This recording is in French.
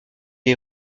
est